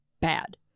bad